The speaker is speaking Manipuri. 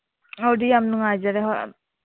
ꯑꯗꯨꯗꯤ ꯌꯥꯝ ꯅꯨꯡꯉꯥꯏꯖꯔꯦ ꯍꯣꯏ